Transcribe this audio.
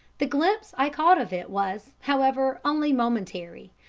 the glimpse i caught of it was, however, only momentary,